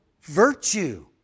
virtue